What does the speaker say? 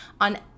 on